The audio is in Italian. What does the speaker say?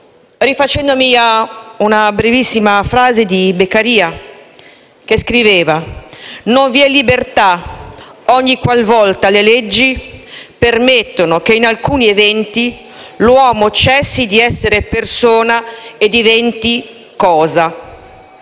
rifacendomi a una brevissima frase di Beccaria che scriveva: «Non vi è libertà ogni qualvolta le leggi permettono che, in alcuni eventi, l'uomo cessi di essere persona e diventi cosa».